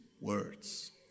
words